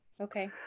Okay